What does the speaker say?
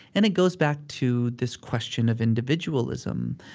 and it goes back to this question of individualism.